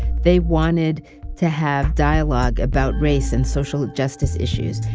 they wanted to have dialogue about race and social justice issues.